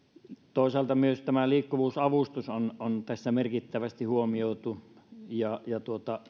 toisaalta myös tämä liikkuvuusavustus on on tässä merkittävästi huomioitu ja ja